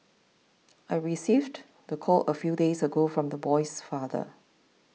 I received the call a few days ago from the boy's father